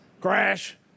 Crash